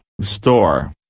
store